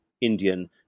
Indian